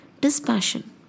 dispassion